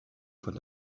von